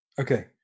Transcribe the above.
Okay